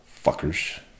fuckers